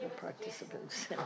participants